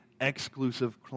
exclusive